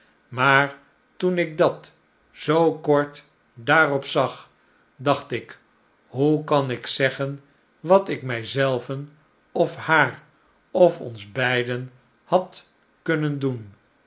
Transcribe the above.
maar toen ik dat zoo kort daarop zag dacht ik hoe kan ik zeggen wat ik mij zelven of haar of ons beiden had kunnen doen